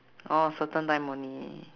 orh certain time only